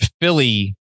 Philly